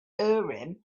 urim